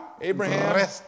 Abraham